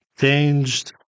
changed